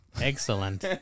Excellent